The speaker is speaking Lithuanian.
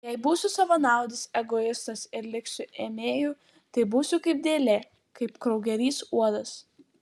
jei būsiu savanaudis egoistas ir liksiu ėmėju tai būsiu kaip dėlė kaip kraugerys uodas